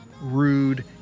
rude